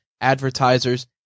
advertisers